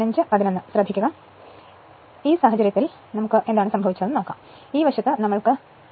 അതിനാൽ ഈ സാഹചര്യത്തിൽ എന്താണ് സംഭവിച്ചത് ഞാൻ ഉദ്ദേശിച്ചത് ഇത് ഇതുപോലെയാണെന്ന് ആണ് ഈ വശത്ത് നമ്മൾക്ക് താൽപ്പര്യമുണ്ട്